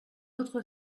autre